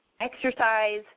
exercise